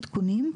עדכונים.